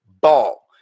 ball